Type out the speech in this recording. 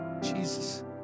Jesus